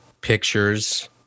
pictures